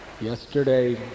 Yesterday